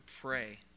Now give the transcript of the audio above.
pray